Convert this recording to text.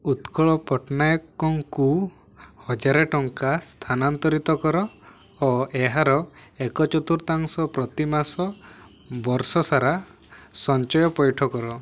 ଉତ୍କଳ ପଟ୍ଟନାୟକଙ୍କୁ ହଜାର ଟଙ୍କା ସ୍ଥାନାନ୍ତରିତ କର ଓ ଏହାର ଏକ ଚତୁର୍ଥାଂଶ ପ୍ରତିମାସ ବର୍ଷ ସାରା ସ୍ଵଞ୍ଚୟ ପଇଠ କର